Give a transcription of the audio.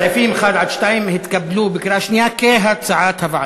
הסעיפים 1 2 התקבלו בקריאה שנייה כהצעת הוועדה.